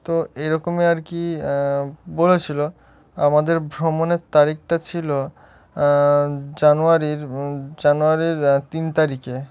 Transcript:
তো এইরকমই আর কি বলেছিল আমাদের ভ্রমণের তারিখটা ছিল জানুয়ারির জানুয়ারির তিন তারিখে